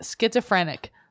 schizophrenic